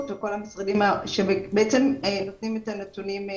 וכל המשרדים שבעצם נותנים את הנתונים.